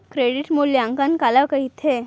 Credit मूल्यांकन काला कहिथे?